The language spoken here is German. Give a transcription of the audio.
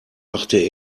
machte